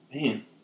Man